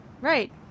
Right